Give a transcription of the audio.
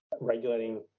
regulating